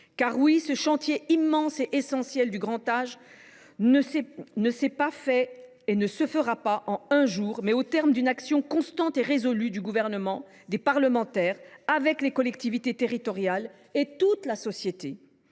effet, ce chantier, immense et essentiel, du grand âge s’achèvera non pas en un jour, mais au terme d’une action constante et résolue du Gouvernement et des parlementaires, avec les collectivités territoriales et toute la société.